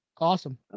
Awesome